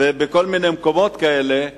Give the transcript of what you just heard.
ובכל מיני מקומות כאלה.